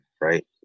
Right